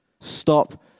Stop